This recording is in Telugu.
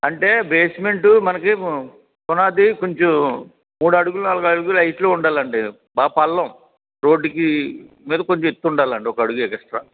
అంటే బేస్మెంట్ మనకీ పునాది కొంచెం మూడడుగులు నాలుగడుగులు హైట్ లో ఉండాలండీ బా పల్లం రోడ్డు కి మీద కొంచెం ఎత్తుండాలండి ఒకడుగు ఎష్ట్రా